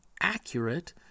accurate